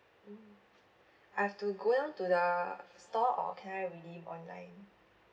mm I've to go down to the store or can I redeem online